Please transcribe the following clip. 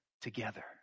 together